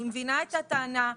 אני מבינה את הטענה.